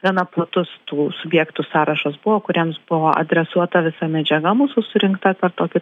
gana platus tų subjektų sąrašas buvo kuriems buvo adresuota visa medžiaga mūsų surinkta per tokį